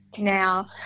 now